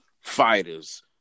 fighters